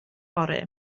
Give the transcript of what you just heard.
fory